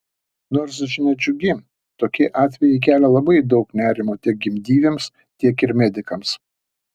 nors žinia džiugi tokie atvejai kelia labai daug nerimo tiek gimdyvėms tiek ir medikams